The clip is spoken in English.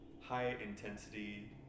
high-intensity